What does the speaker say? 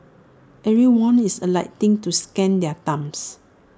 everyone is alighting to scan their thumbs